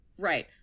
Right